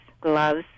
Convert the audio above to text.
gloves